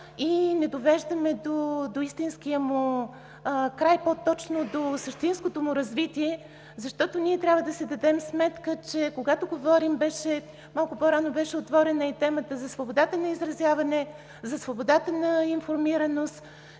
и не довеждаме до истинския му край, по-точно до същинското му развитие. Защото трябва да си дадем сметка, че когато говорим – малко по-рано беше отворена и темата за свободата на изразяване, за свободата на информираност,